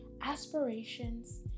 aspirations